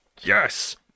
Yes